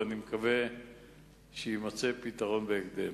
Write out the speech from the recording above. ואני מקווה שיימצא פתרון בהקדם.